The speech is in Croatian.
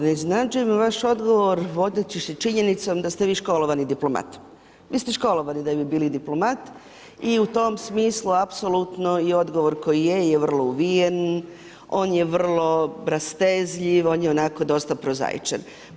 Ne iznenađuje me vaš odgovor vodeći se činjenicom da ste vi školovani diplomat, vi ste školovani da bi bili diplomat i u tom smislu apsolutno je odgovor koji je, je vrlo uvijen, on je vrlo rastezljiv, on je onako dosta prozaičan.